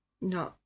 No